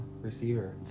receiver